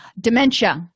Dementia